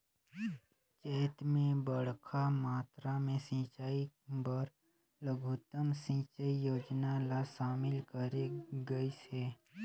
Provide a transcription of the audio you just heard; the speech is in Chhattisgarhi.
चैत मे बड़खा मातरा मे सिंचई बर लघुतम सिंचई योजना ल शामिल करे गइस हे